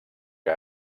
que